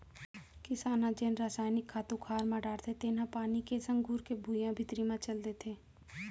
किसान ह जेन रसायनिक खातू खार म डारथे तेन ह पानी के संग घुरके भुइयां भीतरी म चल देथे